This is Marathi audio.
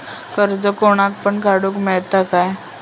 कर्ज कोणाक पण काडूक मेलता काय?